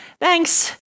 Thanks